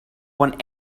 want